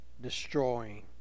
destroying